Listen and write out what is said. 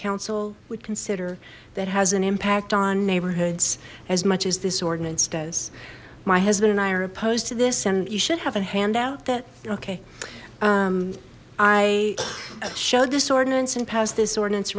council would consider that has an impact on neighborhoods as much as this ordinance does my husband and i are opposed to this and you should have a handout that okay i showed this ordinance and passed this ordinance